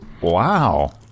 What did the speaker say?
Wow